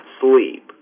sleep